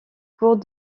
cours